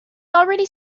already